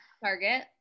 Target